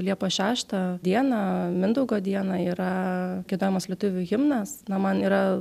liepos šeštą dieną mindaugo dieną yra giedojamas lietuvių himnas na man yra